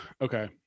okay